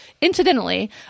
incidentally